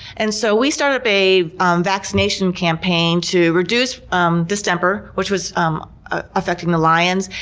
and so we started up a um vaccination campaign to reduce um distemper, which was um ah affecting the lions,